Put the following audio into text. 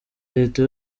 leta